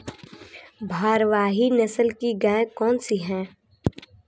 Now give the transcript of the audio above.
भारवाही नस्ल की गायें कौन सी हैं?